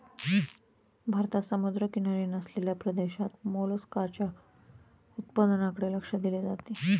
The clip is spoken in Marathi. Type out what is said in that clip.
भारतात समुद्रकिनारी नसलेल्या प्रदेशात मोलस्काच्या उत्पादनाकडे लक्ष दिले जाते